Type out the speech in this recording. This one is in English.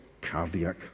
cardiac